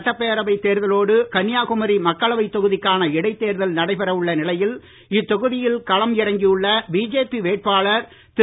சட்டப்பேரவை தேர்தலோடு கன்னியாகுமரி மக்களவை தொகுதிக்கான இடைத்தேர்தல் நடைபெற உள்ள நிலையில் இத்தொகுதியில் களம் இறங்கியுள்ள பிஜேபி வேட்பாளர் திரு